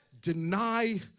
Deny